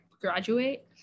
graduate